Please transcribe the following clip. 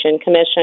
Commission